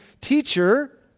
Teacher